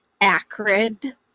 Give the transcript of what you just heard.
acrid